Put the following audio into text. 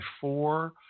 four